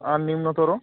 আর নিম্নতর